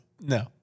No